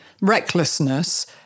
recklessness